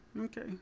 okay